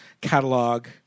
catalog –